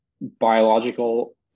biological